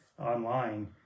online